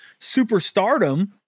superstardom